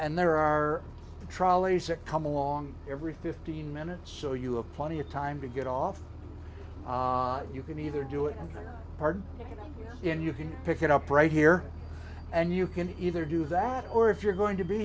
and there are trolleys sick come along every fifteen minutes so you a plenty of time to get off you can either do it hard and you can pick it up right here and you can either do that or if you're going to be